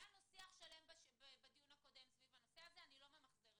ניהלנו שיח שלם בדיון הקודם ואני לא ממחזרת